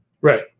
Right